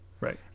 Right